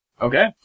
Okay